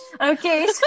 Okay